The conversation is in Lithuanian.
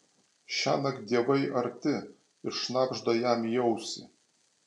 šiąnakt dievai arti ir šnabžda jam į ausį